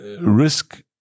risk